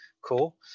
cool